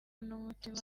n’umutima